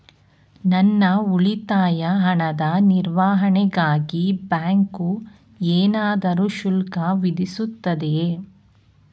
ನನ್ನ ಉಳಿತಾಯ ಹಣದ ನಿರ್ವಹಣೆಗಾಗಿ ಬ್ಯಾಂಕು ಏನಾದರೂ ಶುಲ್ಕ ವಿಧಿಸುತ್ತದೆಯೇ?